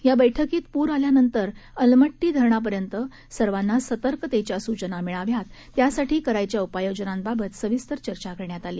या बैठकीत पूर आल्यानंतर अलमट्टी धरणापर्यंत सर्वांना सतर्कतेच्या सूचना मिळाव्यात त्यासाठी कराव्याच्या उपाययोजनांबावत सविस्तर चर्चा करण्यात आली